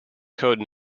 code